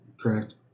correct